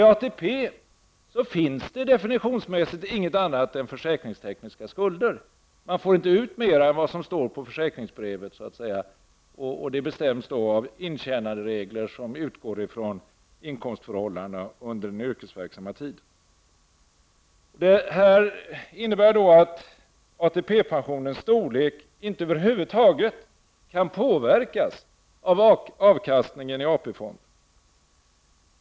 I ATP-systemet finns det definitionsmässigt inget annat än försäkringstekniska skulder. Man får så att säga inte ut mer än vad som står på försäkringsbrevet, och det bestäms av intjänanderegler, som utgår från inkomstförhållandena under den yrkesverksamma tiden. Detta innebär att ATP-pensionens storlek över huvud taget inte kan påverkas av avkastningen i AP-fonden.